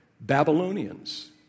Babylonians